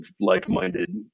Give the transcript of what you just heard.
like-minded